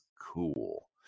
cool